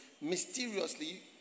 Mysteriously